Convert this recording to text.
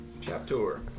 Chapter